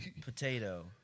Potato